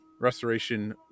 restoration